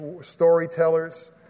storytellers